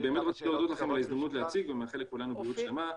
אני רוצה להודות לכם על ההזדמנות להציג ומאחל לכולנו בריאות שלמה,